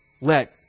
Let